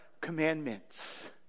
commandments